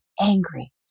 angry